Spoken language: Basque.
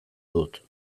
dut